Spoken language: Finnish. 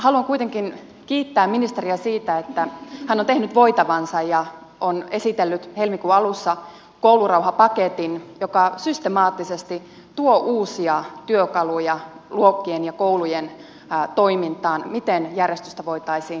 haluan kuitenkin kiittää ministeriä siitä että hän on tehnyt voitavansa ja on esitellyt helmikuun alussa koulurauhapaketin joka systemaattisesti tuo uusia työkaluja luokkien ja koulujen toimintaan miten järjestystä voitaisiin palauttaa